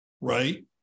right